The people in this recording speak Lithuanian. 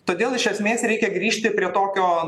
todėl iš esmės reikia grįžti prie tokio